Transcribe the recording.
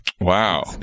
Wow